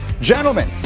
gentlemen